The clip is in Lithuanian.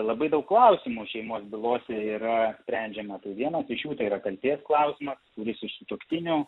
labai daug klausimų šeimos bylose yra sprendžiama tai vienas iš jų tai yra kaltės klausimas kuris iš sutuoktinių